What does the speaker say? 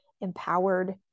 empowered